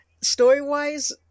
story-wise